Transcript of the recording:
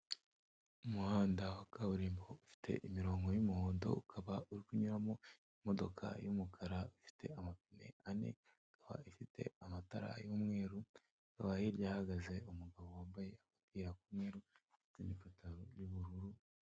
Umuhanda wa kaburimbo ufite imirongo y'umuhondo ukaba uri kunyuramo imodoka y'umukara ifite amapine ane, ikaba ifite amatara y'umweru kaba hirya yahagaze umugabo wambaye agapira k'umweru n'ipantaro y'ubururu.